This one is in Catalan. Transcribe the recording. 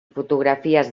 fotografies